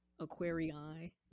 Aquarii